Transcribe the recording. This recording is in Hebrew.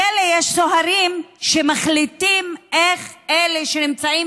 בכלא יש סוהרים שמחליטים איך אלה שנמצאים